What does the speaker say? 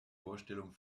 vorstellung